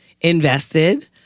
invested